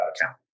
account